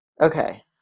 Okay